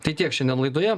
tai tiek šiandien laidoje